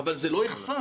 אבל לא ייחסר.